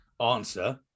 Answer